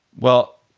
well,